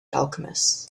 alchemists